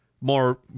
more